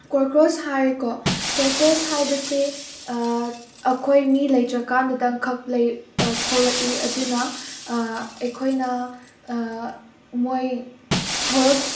cockroach ꯍꯥꯏꯔꯦꯀꯣ ꯀ꯭ꯔꯣꯛꯀꯣꯁ ꯍꯥꯏꯕꯁꯤ ꯑꯩꯈꯣꯏ ꯃꯤ ꯂꯩꯇ꯭ꯔꯀꯥꯟꯗꯗꯪꯈꯛ ꯂꯩ ꯊꯣꯛꯂꯛꯏ ꯑꯗꯨꯅ ꯑꯩꯈꯣꯏꯅ ꯃꯣꯏ ꯊꯣꯛꯂꯛ